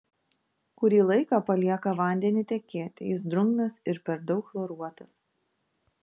kurį laiką palieka vandenį tekėti jis drungnas ir per daug chloruotas